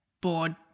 bored